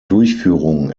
durchführung